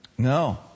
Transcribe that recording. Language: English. No